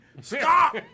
Stop